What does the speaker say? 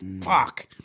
fuck